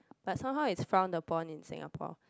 but somehow is frown upon in Singapore